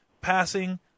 passing